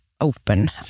open